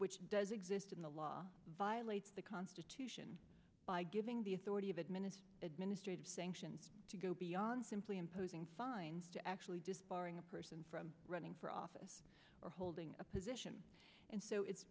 which does exist in the law violates the constitution by giving the authority of administer administrative sanctions to go beyond simply imposing fines to actually disbarring a person from running for office or holding a position and so it's